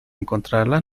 encontrarla